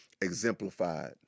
exemplified